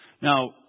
Now